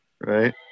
right